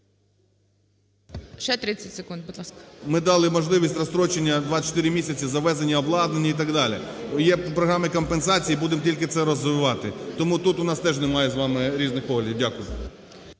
Ми дали можливість розстрочення 24 місяці – завезення обладнання і так далі, є програми компенсацій, будемо тільки це розвивати. Тому тут у нас теж немає з вами різних поглядів. Дякую.